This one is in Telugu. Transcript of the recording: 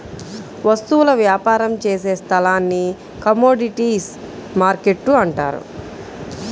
వస్తువుల వ్యాపారం చేసే స్థలాన్ని కమోడీటీస్ మార్కెట్టు అంటారు